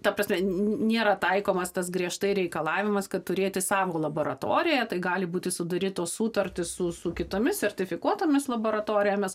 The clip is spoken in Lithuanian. ta prasme nėra taikomas tas griežtai reikalavimas kad turėti savo laboratoriją tai gali būti sudarytos sutartys su su kitomis sertifikuotomis laboratorijomis